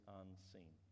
unseen